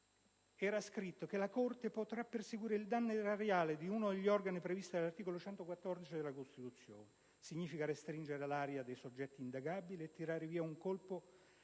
è scritto che la Corte potrà perseguire il danno erariale «di uno degli organi previsti dall'articolo 114 della Costituzione», il che significa restringere l'area dei soggetti indagabili e tirar via d'un colpo